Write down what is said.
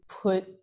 put